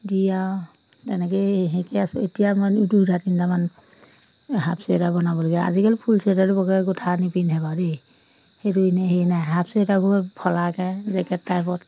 দি আৰু তেনেকেই হেৰিকৈ আছোঁ এতিয়া মই দুটা তিনিটামান হাফ চুৱেটাৰ বনাবলগীয়া আজিকালি ফুল চুৱেটাৰটো বৰকৈ গুঠা নিপিন্ধে বাৰু দেই সেইটো এনেই হেৰি নাই হাফ চুৱেটাৰবোৰ ফলাকৈ জেকেট টাইপত